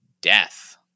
death